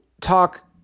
talk